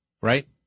right